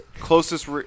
closest